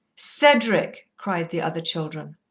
cedric! cried the other children.